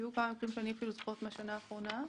היו כמה מקרים שאני אפילו זוכרת מהשנה האחרונה.